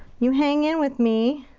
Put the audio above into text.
you hang in with me.